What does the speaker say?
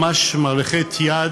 ממש מלאכת יד,